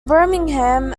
birmingham